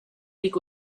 week